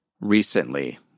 recently